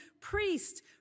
priests